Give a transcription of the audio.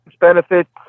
benefits